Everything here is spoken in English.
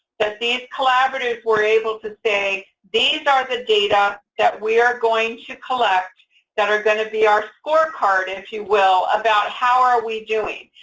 that these collaboratives were able to say, these are the data that we are going to collect that are going to be our scorecard, if you will, about how are we doing.